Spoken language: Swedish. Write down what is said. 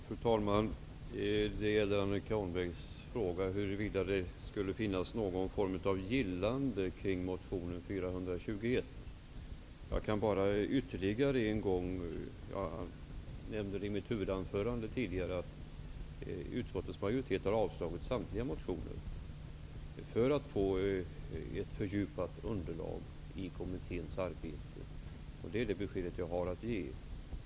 Fru talman! Annika Åhnberg frågade huruvida det finns något slags gillande av motionen L421. Jag kan bara säga ytterligare en gång -- jag nämnde det i mitt huvudanförande -- att utskottets majoritet har avstyrkt samtliga motioner, för att få ett fördjupat underlag i kommitténs arbete. Det är det besked jag har att ge.